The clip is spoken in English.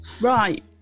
Right